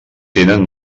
tenen